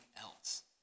else